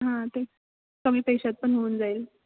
हां ते कमी पैशात पण होऊन जाईल